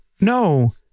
no